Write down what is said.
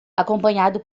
acompanhado